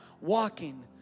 walking